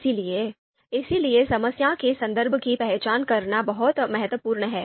इसलिए इसलिए समस्या के संदर्भ की पहचान करना बहुत महत्वपूर्ण है